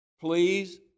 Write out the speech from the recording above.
Please